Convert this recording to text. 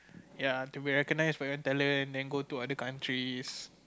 ya to be recognised for your own talent then go to other countries